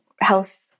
health